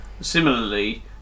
similarly